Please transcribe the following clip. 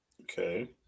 Okay